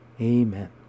Amen